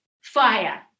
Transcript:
fire